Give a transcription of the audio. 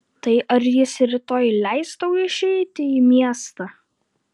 tai ar jis rytoj leis tau išeiti į miestą